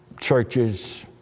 churches